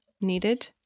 needed